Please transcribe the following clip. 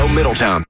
Middletown